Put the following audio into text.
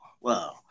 Wow